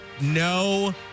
No